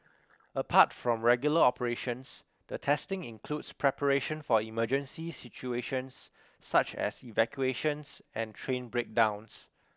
apart from regular operations the testing includes preparation for emergency situations such as evacuations and train breakdowns